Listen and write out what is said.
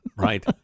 Right